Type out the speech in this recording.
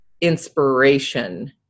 inspiration